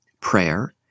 prayer